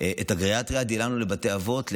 את הגריאטריה דיללנו לבתי אבות,